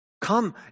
Come